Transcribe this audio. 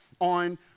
on